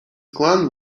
clan